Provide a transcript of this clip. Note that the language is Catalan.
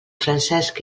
francesc